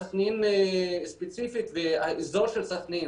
בסכנין ספציפית והאזור של סכנין,